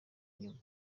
inyuma